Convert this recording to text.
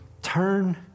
Turn